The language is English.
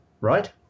right